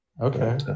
Okay